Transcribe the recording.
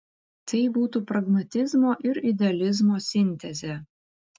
tai būtų pragmatizmo ir idealizmo sintezė